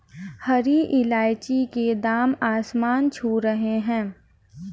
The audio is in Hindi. हरी इलायची के दाम आसमान छू रहे हैं